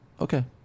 okay